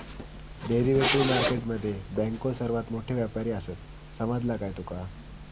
Derivative market मध्ये बँको सर्वात मोठे व्यापारी आसात, समजला काय तुका?